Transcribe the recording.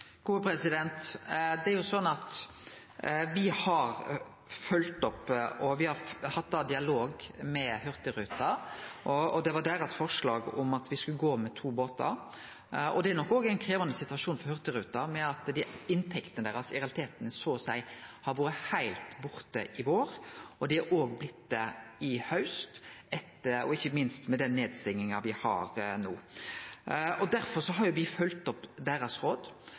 har følgt opp, og me har hatt dialog med Hurtigruten. Det var deira forslag at me skulle gå med to båtar. Det er nok òg ein krevjande situasjon for Hurtigruten at inntektene deira i realiteten så å seie var heilt borte i vår, og det har dei òg blitt i haust, ikkje minst med den nedstenginga me har no. Derfor har me følgt opp deira råd,